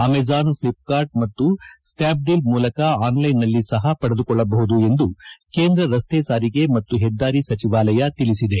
Amazon Flipkart ಮತ್ತು Snapdeal ಮೂಲಕ ಆನ್ಲೈನ್ನಲ್ಲಿ ಸಹ ಪಡೆದುಕೊಳ್ಳಬಹುದಾಗಿದೆ ಎಂದು ಕೇಂದ್ರ ರಸ್ತೆ ಸಾರಿಗೆ ಮತ್ತು ಹೆದ್ದಾರಿ ಸಚಿವಾಲಯ ತಿಳಿಸಿದೆ